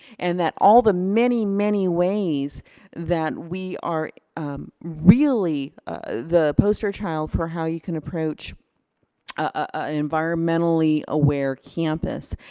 and that all the many, many ways that we are really the poster child for how you can approach an environmentally aware campus.